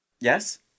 Yes